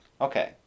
okay